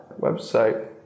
website